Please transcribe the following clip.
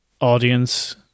audience